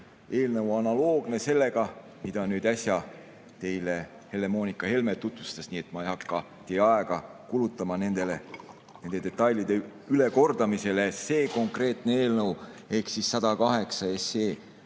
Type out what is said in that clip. Eelnõu on analoogne sellega, mida äsja Helle-Moonika Helme tutvustas, nii et ma ei hakka teie aega kulutama nende detailide ülekordamisele. See konkreetne eelnõu ehk 108 SE